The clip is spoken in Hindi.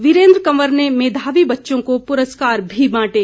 वीरेन्द्र कंवर ने मेधावी बच्चों को पुरस्कार भी बांटे